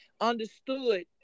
understood